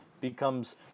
becomes